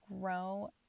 grow